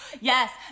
yes